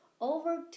Over